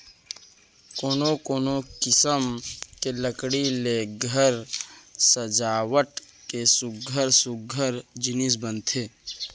कोनो कोनो किसम के लकड़ी ले घर सजावट के सुग्घर सुग्घर जिनिस बनथे